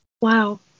Wow